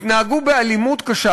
התנהגו באלימות קשה,